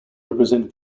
represent